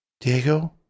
Diego